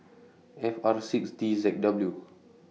F R six D Z W